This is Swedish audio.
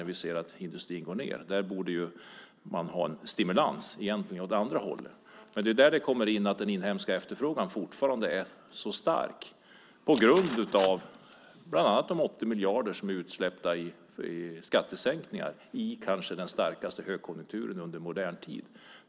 Där borde man egentligen ha en stimulans åt andra hållet. Det är där det kommer in att den inhemska efterfrågan fortfarande är så stark, på grund av de 80 miljarder som är utsläppta i skattesänkningar i kanske den starkaste högkonjunkturen i modern tid.